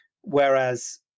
Whereas